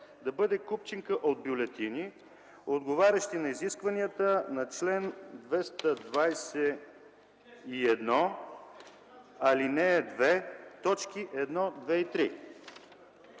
да бъде: купчинка от бюлетини, отговарящи на изискванията на чл. 221, ал. 2, т. 1, 2 и 3.